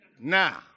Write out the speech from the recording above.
Now